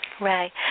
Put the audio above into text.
right